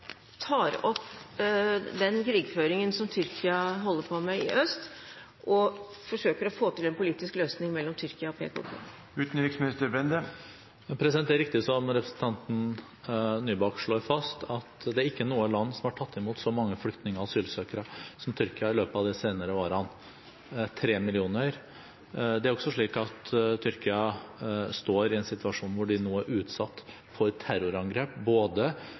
tar opp den krigføringen som Tyrkia holder på med i øst, og forsøker å få til en politisk løsning mellom Tyrkia og PKK. Det er riktig som representanten Nybakk slår fast, at det er ikke noe land som har tatt imot så mange flyktninger og asylsøkere som Tyrkia i løpet av de senere årene – 3 millioner. Det er også slik at Tyrkia står i en situasjon hvor de nå er utsatt for terrorangrep både